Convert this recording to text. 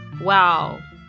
Wow